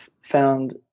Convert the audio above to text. found